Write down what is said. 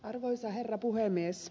arvoisa herra puhemies